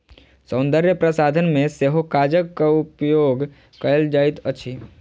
सौन्दर्य प्रसाधन मे सेहो कागजक उपयोग कएल जाइत अछि